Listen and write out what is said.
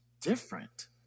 different